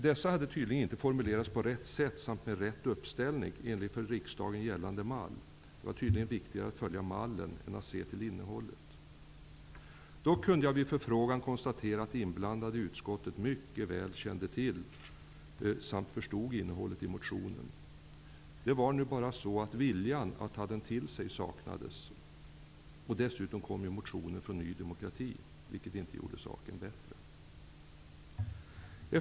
Dessa hade tydligen inte formulerats på rätt sätt med rätt uppställning enligt för riksdagen gällande mall. Det var tydligen viktigare att följa mallen än att se till innehållet. Dock kunde jag vid förfrågan konstatera att de inblandade i utskottet mycket väl kände till samt förstod innehållet i motionen. Det var bara så att viljan att ta det till sig saknades. Dessutom kom ju motionen från Ny demokrati, vilket inte gjorde saken bättre.